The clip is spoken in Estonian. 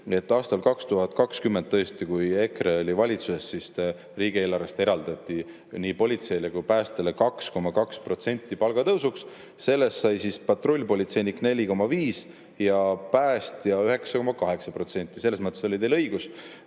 Aastal 2020, kui EKRE oli valitsuses, siis riigieelarves eraldati nii politseile kui päästele 2,2% palgatõusuks. Sellest sai patrullpolitseinik 4,5% ja päästja 9,8%, selles mõttes oli teil õigus.